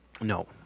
No